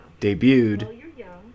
debuted